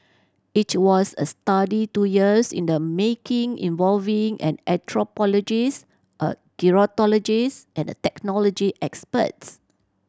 it was a study two years in the making involving an anthropologist a gerontologist and technology experts